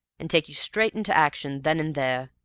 and take you straight into action then and there.